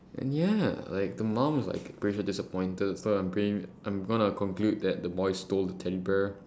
and yeah like the mom's like pretty disappointed but I am pretty I am gonna conclude that the boy stole the teddy bear